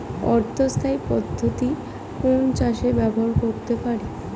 অর্ধ স্থায়ী পদ্ধতি কোন চাষে ব্যবহার করতে পারি?